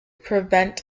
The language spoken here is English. prevent